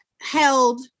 held